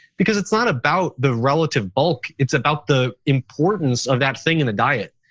because it's not about the relative bulk, it's about the importance of that thing in a diet.